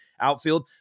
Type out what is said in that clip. outfield